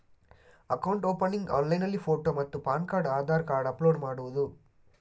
Account opening ಆನ್ಲೈನ್ನಲ್ಲಿ photo ಮತ್ತು PAN card Aadhaar card upload ಮಾಡುವುದು?